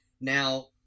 Now